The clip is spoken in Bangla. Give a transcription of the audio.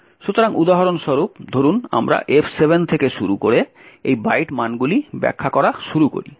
সুতরাং উদাহরণস্বরূপ ধরুন আমরা F7 থেকে শুরু করে এই বাইট মানগুলি ব্যাখ্যা করা শুরু করি